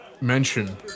mention